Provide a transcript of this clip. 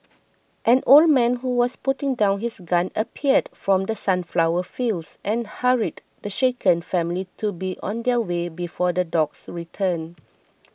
an old man who was putting down his gun appeared from the sunflower fields and hurried the shaken family to be on their way before the dogs return